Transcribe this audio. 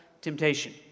temptation